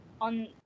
on